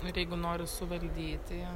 ir jeigu nori suvaldyti ją